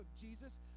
Jesus